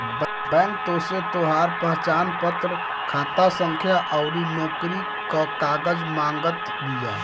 bank तोहसे तोहार पहचानपत्र, खाता संख्या अउरी नोकरी कअ कागज मांगत बिया